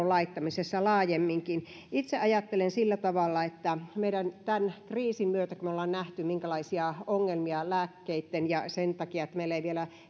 laittamisessa laajemminkin itse ajattelen sillä tavalla että tämän kriisin myötä kun ollaan nähty minkälaisia ongelmia on lääkkeitten ja sen takia että meillä ei vielä